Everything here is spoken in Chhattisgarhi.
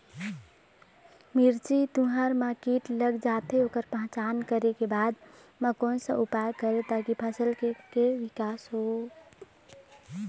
मिर्ची, तुंहर मा कीट लग जाथे ओकर पहचान करें के बाद मा कोन सा उपाय करें ताकि फसल के के विकास हो?